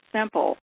simple